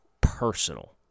personal